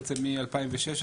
בעצם מ-2016,